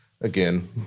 Again